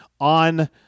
on